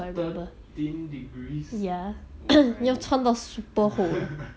thirteen degrees oh my